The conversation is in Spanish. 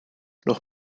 los